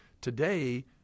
Today